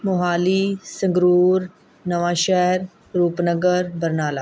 Mohali Sangrur Nawanshahr Rupnagar Barnala